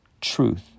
Truth